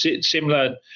similar